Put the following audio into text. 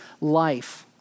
life